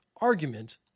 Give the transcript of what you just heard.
argument